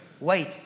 Wait